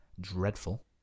dreadful